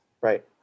right